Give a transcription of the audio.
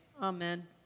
Amen